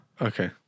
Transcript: Okay